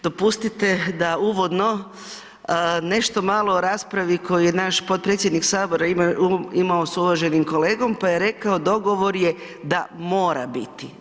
Dopustite da uvodno nešto malo o raspravi koji je naš potpredsjednik Sabora imao s uvaženim kolegom pa je rekao dogovor je da mora biti.